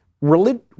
Religion